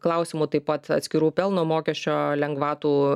klausimų taip pat atskirų pelno mokesčio lengvatų